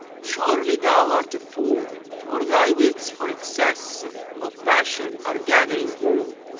surely thou art a fool or thy wits for excess of passion are gathering wool!